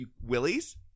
willies